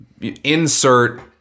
insert